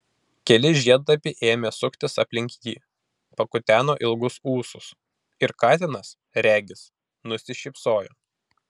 keli žiedlapiai ėmė suktis aplink jį pakuteno ilgus ūsus ir katinas regis nusišypsojo